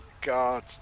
God